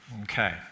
Okay